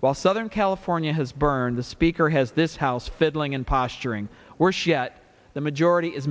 while southern california has burned the speaker has this house fiddling and posturing worse yet the majority is